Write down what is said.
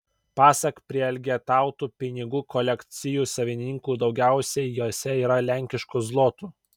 pasak prielgetautų pinigų kolekcijų savininkų daugiausiai jose yra lenkiškų zlotų